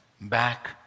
back